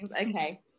Okay